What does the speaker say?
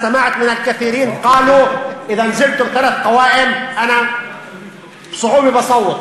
הקשבתי לרבים שאמרו שאם נציג שלוש רשימות הציבור יצביע בקלות,